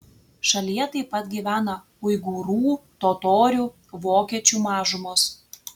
šalyje taip pat gyvena uigūrų totorių vokiečių mažumos